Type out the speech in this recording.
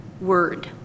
word